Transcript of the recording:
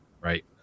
Right